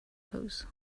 pose